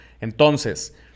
Entonces